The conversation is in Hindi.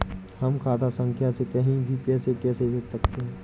हम खाता संख्या से कहीं भी पैसे कैसे भेज सकते हैं?